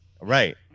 right